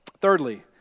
Thirdly